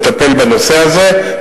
לטפל בנושא הזה,